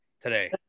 today